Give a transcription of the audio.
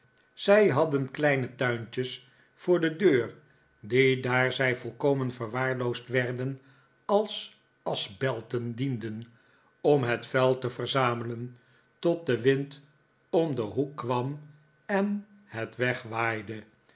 zij hadden kleine tuintjes voor de deur die daar zij volkomen verwaarloosd werden als aschbelten dienden om het vuil te verzamelen tot de wind om den hoek kwam en het wegwaaide